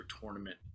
tournament